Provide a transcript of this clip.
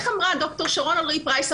כפי שאמרה דוקטור שרון אלרעי פרייס,